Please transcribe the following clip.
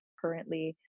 currently